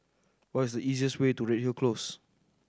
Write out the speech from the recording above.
what is the easiest way to Redhill Close